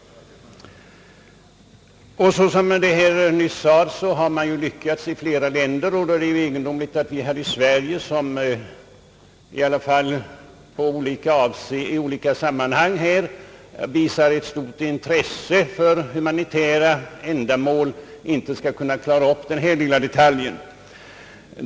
Såsom det nyss sades har man ju lyckats i många länder, och då är det egendomligt att man i Sverige, som i olika sammanhang visat stort intresse för humanitära ändamål, inte skall kunna klara upp denna lilla detalj.